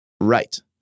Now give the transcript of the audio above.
Right